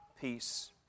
peace